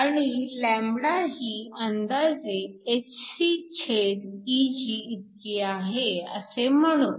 आणि λ ही अंदाजे hcEg इतकी आहे असे म्हणू